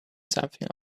something